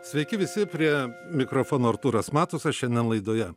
sveiki visi prie mikrofono artūras matusas šiandien laidoje